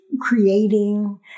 creating